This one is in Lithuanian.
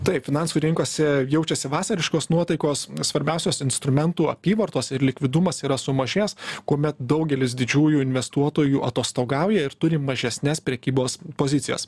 taip finansų rinkose jaučiasi vasariškos nuotaikos svarbiausios instrumentų apyvartos ir likvidumas yra sumažėjęs kuomet daugelis didžiųjų investuotojų atostogauja ir turi mažesnes prekybos pozicijas